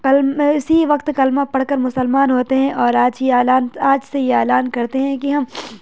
اسی وقت کلمہ پڑھ کر مسلمان ہوتے ہیں اور آج یہ اعلان آج سے یہ اعلان کرتے ہیں کہ ہم